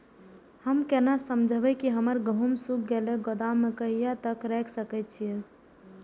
हम केना समझबे की हमर गेहूं सुख गले गोदाम में कहिया तक रख सके छिये?